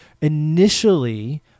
initially